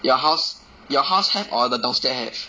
your house your house have or the downstairs have